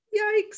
yikes